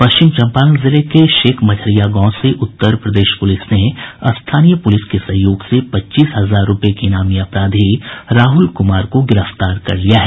पश्चिम चंपारण जिले के शेख मझरिया गांव से उत्तर प्रदेश पुलिस ने स्थानीय पुलिस के सहयोग से पच्चीस हजार रूपये के इनामी अपराधी राहुल कुमार को गिरफ्तार कर लिया है